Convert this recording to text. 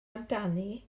amdani